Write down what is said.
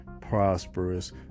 prosperous